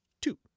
two